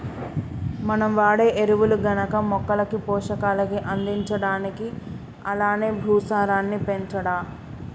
మనం వాడే ఎరువులు గనక మొక్కలకి పోషకాలు అందించడానికి అలానే భూసారాన్ని పెంచడా